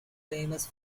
famous